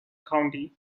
county